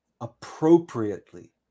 appropriately